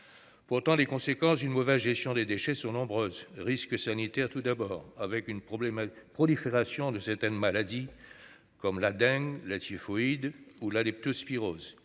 Pourtant les conséquences d'une mauvaise gestion des déchets sont nombreuses, risques sanitaires, tout d'abord avec une problématique prolifération de certaines maladies comme la dengue, la typhoïde ou la leptospirose